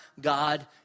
God